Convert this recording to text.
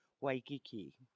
Waikiki